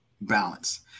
balance